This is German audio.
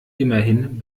immerhin